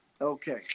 Okay